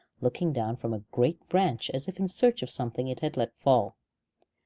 looking down from a great branch as if in search of something it had let fall.